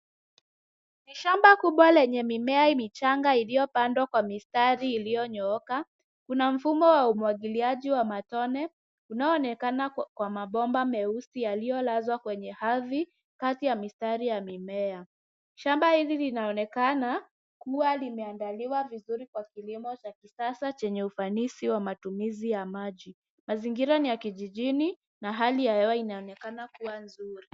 Ni shamba kubwa lenye mimea michanga iliyopandwa kwa mistari iliyonyooka. Kuna mfumo wa umwagiliaji wa matone unaonekana kwa mabomba meusi yaliyolazwa kwenye ardhi kati ya mistari ya mimea. Shamba hili linaonekana kuwa limeandaliwa vizuri kwa kilimo cha kisasa chenye ufanisi wa matumizi ya maji. Mazingira ni ya kijijini na hali ya hewa inaonekana kuwa nzuri.